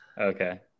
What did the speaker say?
Okay